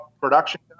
production